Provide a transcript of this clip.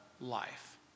life